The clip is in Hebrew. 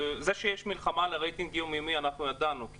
זה שיש מלחמה על הרייטינג יום-יומי אנחנו ידענו,